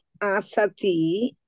asati